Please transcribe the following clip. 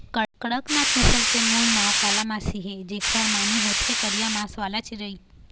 कड़कनाथ नसल के मूल नांव कालामासी हे, जेखर माने होथे करिया मांस वाला चिरई